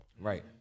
Right